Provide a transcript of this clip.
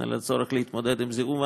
על הצורך להתמודד עם זיהום האוויר.